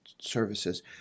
services